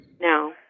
No